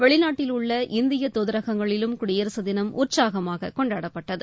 வெளிநாட்டில் உள்ள இந்திய தாதரகங்களிலும் குடியரசு தினம் உற்சாகமாக கொண்டாடப்பட்டது